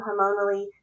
hormonally